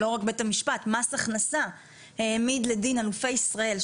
ולא רק בית המשפט אלא מס הכנסה העמיד לדין אלופי ישראל,